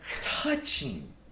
touching